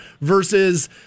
versus